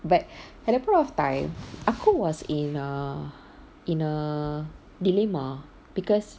but at that point of time aku was in err in a dilemma because